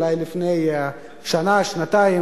אולי לפני שנה, שנתיים,